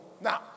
Now